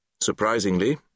Surprisingly